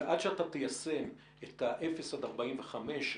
ועד שאתה תיישם את אפס עד 45 קילומטר,